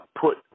put –